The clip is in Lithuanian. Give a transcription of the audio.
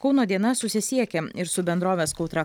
kauno diena susisiekė ir su bendrovės kautra